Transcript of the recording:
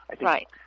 right